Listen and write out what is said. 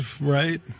right